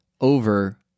over